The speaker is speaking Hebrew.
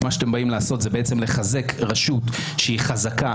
מה שאתם באים לעשות זה לחזק רשות שהיא חזקה,